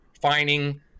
finding